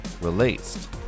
released